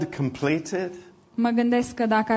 completed